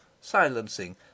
silencing